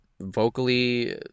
vocally